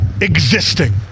existing